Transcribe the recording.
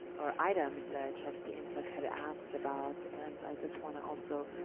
or items, that trustee ntuk had asked about. and, i just wanna also